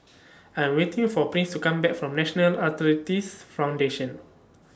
I Am waiting For Prince to Come Back from National Arthritis Foundation